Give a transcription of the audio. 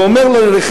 ואומר לה,